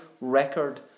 record